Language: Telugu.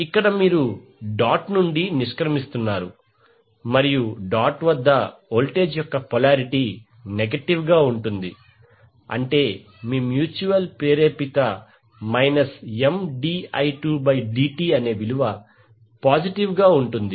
ఇక్కడ మీరు డాట్ నుండి నిష్క్రమిస్తున్నారు మరియు డాట్ వద్ద వోల్టేజ్ యొక్క పొలారిటీ నెగటివ్ గా ఉంటుంది అంటే మీ మ్యూచువల్ ప్రేరేపిత Mdi2dt పాజిటివ్ గా ఉంటుంది